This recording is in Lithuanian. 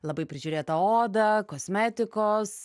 labai prižiūrėta oda kosmetikos